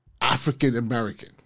African-American